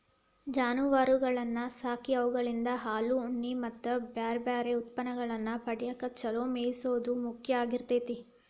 ಜಾನುವಾರಗಳನ್ನ ಸಾಕಿ ಅವುಗಳಿಂದ ಹಾಲು, ಉಣ್ಣೆ ಮತ್ತ್ ಬ್ಯಾರ್ಬ್ಯಾರೇ ಉತ್ಪನ್ನಗಳನ್ನ ಪಡ್ಯಾಕ ಚೊಲೋ ಮೇಯಿಸೋದು ಮುಖ್ಯ ಆಗಿರ್ತೇತಿ